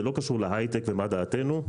זה לא קשור להיי-טק ומה דעתנו,